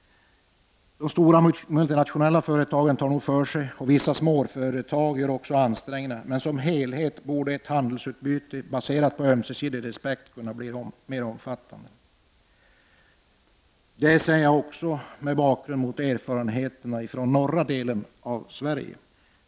De stora multinationella företagen tar nog för sig och vissa småföretag gör också ansträngningar, men som helhet borde ett handelsutbyte baserat på ömsesidig respekt kunna bli mer omfattande. Det säger jag också mot bakgrund av erfarenheterna från norra delen av Sverige.